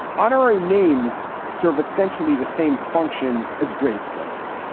honoring names serve essentially the same functions as gravestones.